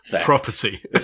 property